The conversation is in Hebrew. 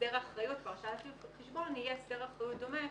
הסדר אחריות, יהיה הסדר אחריות דומה